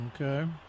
Okay